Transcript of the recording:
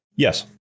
Yes